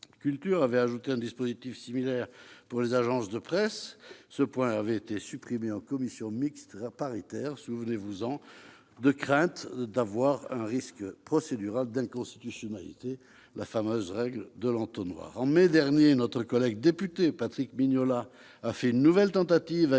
culture avait ajouté un dispositif similaire pour les agences de presse, mais ce point avait été supprimé en commission mixte paritaire, les députés invoquant un risque procédural d'inconstitutionnalité, en raison de la fameuse règle de l'entonnoir. En mai dernier, notre collègue député Patrick Mignola a fait une nouvelle tentative, avec